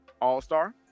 All-Star